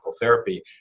therapy